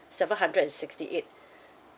seven hundred and sixty eight